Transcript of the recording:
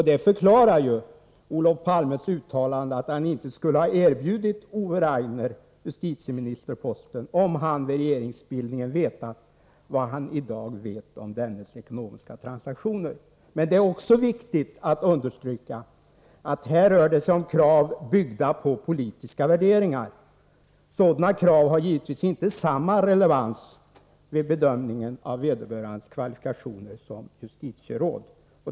Det förklarar Olof Palmes uttalande att han inte skulle ha erbjudit Ove Rainer justitieministerposten om han vid regeringsbildningen vetat vad han i dag vet om dennes ekonomiska transaktioner. Men det är också viktigt att understryka att det här rör sig om krav byggda på politiska värderingar. Sådana krav har givetvis inte samma relevans vid bedömning av vederbörandes kvalifikationer som justitieråd.